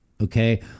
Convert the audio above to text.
Okay